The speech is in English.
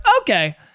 okay